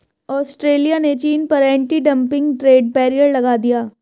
Australia ने चीन पर एंटी डंपिंग ट्रेड बैरियर लगा दिया